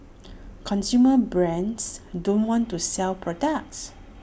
consumer brands don't want to sell products